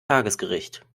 tagesgericht